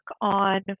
on